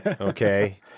Okay